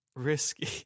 Risky